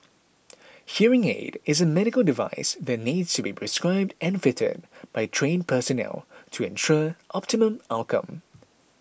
hearing aid is a medical device that needs to be prescribed and fitted by trained personnel to ensure optimum outcome